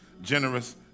generous